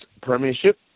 Premiership